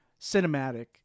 cinematic